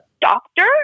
doctor